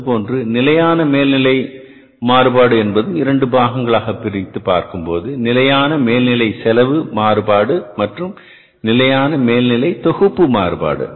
அதேபோன்று நிலையான மேல்நிலை மாறுபாடு என்பதும் இரண்டு பாகங்களாக பிரித்து பார்க்கும் போது நிலையான மேல்நிலை செலவு மாறுபாடு மற்றும் நிலையான மேல்நிலை தொகுப்பு மாறுபாடு